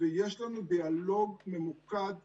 ויש לנו דיאלוג ממוקד ושוטף.